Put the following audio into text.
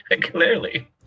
Clearly